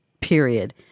period